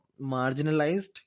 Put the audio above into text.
marginalized